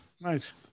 Nice